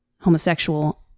homosexual